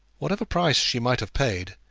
whatever price she might have paid,